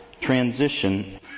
transition